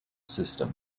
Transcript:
system